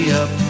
up